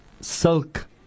silk